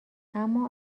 اما